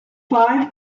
five